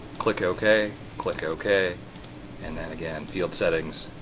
click ok, click ok and then again field settings,